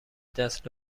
دست